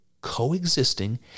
coexisting